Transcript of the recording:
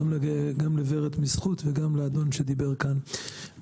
גם לורד מ"זכות", וגם לאדון שדיבר כאן.